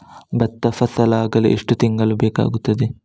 ಭತ್ತ ಫಸಲಾಗಳು ಎಷ್ಟು ತಿಂಗಳುಗಳು ಬೇಕಾಗುತ್ತದೆ?